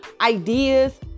ideas